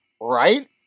right